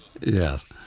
Yes